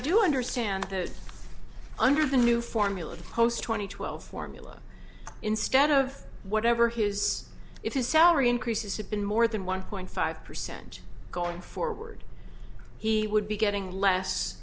do understand that under the new formula the post twenty twelve formula instead of whatever his if his salary increases have been more than one point five percent going forward he would be getting less